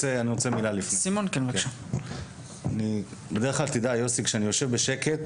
יוסי, בדרך כלל, כשאני יושב בשקט